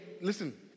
listen